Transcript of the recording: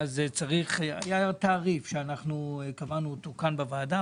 אז צריך לשלם היה תעריף שקבענו אותו כאן בוועדה.